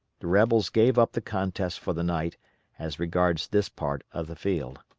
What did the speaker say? the rebels gave up the contest for the night as regards this part of the field.